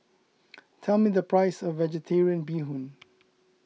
tell me the price of Vegetarian Bee Hoon